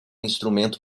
instrumento